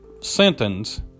sentence